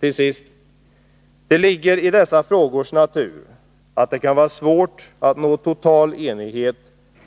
Till sist: Det ligger i dessa frågors natur att det kan vara svårt att nå total enighet